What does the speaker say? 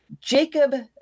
Jacob